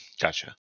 Gotcha